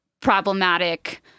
problematic